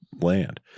land